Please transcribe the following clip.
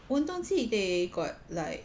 文东记 they got like